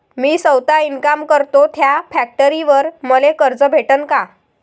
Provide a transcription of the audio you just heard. मी सौता इनकाम करतो थ्या फॅक्टरीवर मले कर्ज भेटन का?